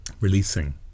releasing